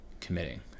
committing